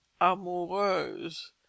amoureuse